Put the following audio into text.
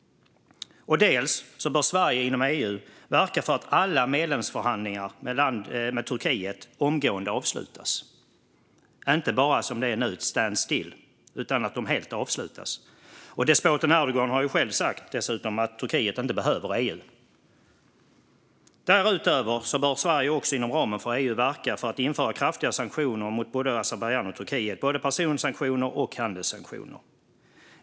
För det andra bör Sverige inom EU verka för att alla medlemsförhandlingar med Turkiet omgående avslutas - inte bara "stand still", som det är nu, utan helt avslutas. Despoten Erdogan har ju dessutom själv sagt att Turkiet inte behöver EU. För det tredje bör Sverige inom ramen för EU verka för att införa kraftiga sanktioner mot både Azerbajdzjan och Turkiet, både personsanktioner och handelssanktioner.